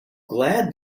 glad